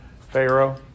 Pharaoh